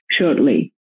shortly